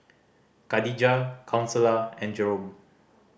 Kadijah Consuela and Jerome